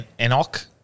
Enoch